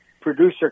producer